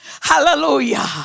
Hallelujah